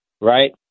right